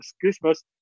Christmas